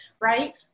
right